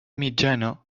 mitjana